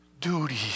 duty